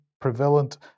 prevalent